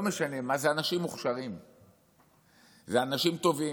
לא משנה מה, הם אנשים מוכשרים ואנשים טובים,